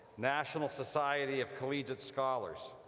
national society of collegiate scholars,